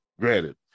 Granted